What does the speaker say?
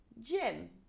gym